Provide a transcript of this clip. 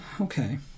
okay